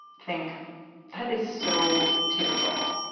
think that is so typical?